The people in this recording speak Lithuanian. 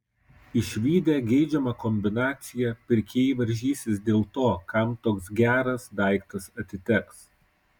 išvydę geidžiamą kombinaciją pirkėjai varžysis dėl to kam toks geras daiktas atiteks